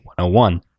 101